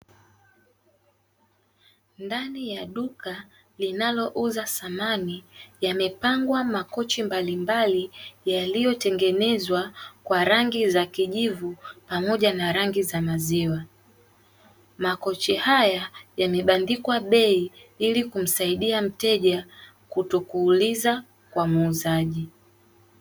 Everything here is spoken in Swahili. Ndani ya duka linalouza samani yamepangwa makochi mbalimbali yaliyotengenezwa kwa rangi za kijivu pamoja na rangi za maziwa. Makochi haya yamebandikwa bei ili kumsaidia mteja kutokuuliza kwa muuzaji.